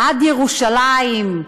עד ירושלים,